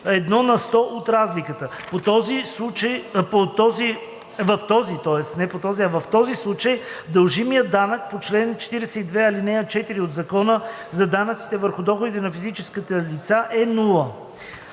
– 1 на сто от разликата. В този случай дължимият данък по чл. 42, ал. 4 от Закона за данъците върху доходите на физическите лица е